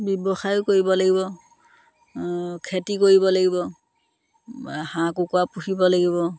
ব্যৱসায়ো কৰিব লাগিব খেতি কৰিব লাগিব হাঁহ কুকুৰা পুহিব লাগিব